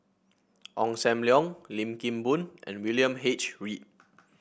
Ong Sam Leong Lim Kim Boon and William H Read